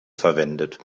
verwendet